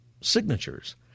signatures